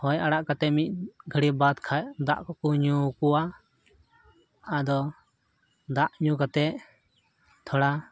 ᱦᱚᱭ ᱟᱲᱟᱜ ᱠᱟᱛᱮ ᱢᱤᱫ ᱜᱷᱟᱹᱲᱤ ᱵᱟᱫ ᱠᱷᱟᱡ ᱫᱟᱜ ᱠᱚᱠᱚ ᱧᱩ ᱠᱚᱣᱟ ᱟᱫᱚ ᱫᱟᱜ ᱧᱩ ᱠᱟᱛᱮ ᱛᱷᱚᱲᱟ